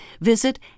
visit